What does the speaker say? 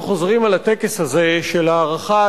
מדי שנה אנחנו חוזרים על הטקס הזה של הארכת